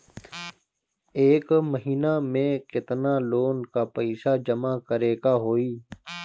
एक महिना मे केतना लोन क पईसा जमा करे क होइ?